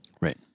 Right